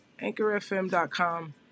anchorfm.com